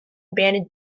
abandoned